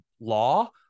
law